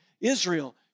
Israel